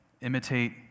imitate